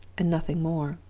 and nothing more.